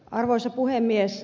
arvoisa puhemies